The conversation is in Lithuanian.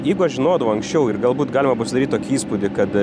jeigu aš žinodavau anksčiau ir galbūt galima pasidaryt tokį įspūdį kad